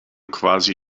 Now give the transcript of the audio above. quasi